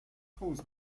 homes